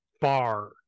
bar